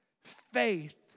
Faith